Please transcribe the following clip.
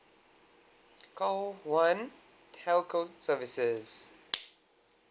call one telco services